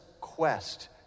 quest